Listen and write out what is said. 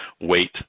wait